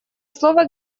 слово